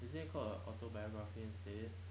isn't it called a autobiography instead